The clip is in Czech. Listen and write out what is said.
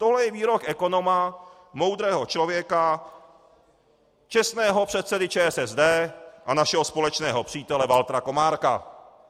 Tohle je výrok ekonoma, moudrého člověka, čestného předsedy ČSSD a našeho společného přítele Valtra Komárka.